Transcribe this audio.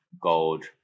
Gold